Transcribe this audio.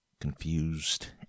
confused